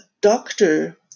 doctor